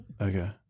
Okay